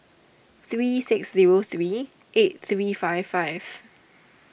three six zero three eight three five five